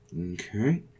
okay